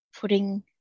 putting